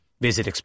Visit